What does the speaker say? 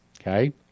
okay